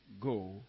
go